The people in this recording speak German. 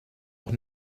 auch